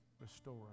Restore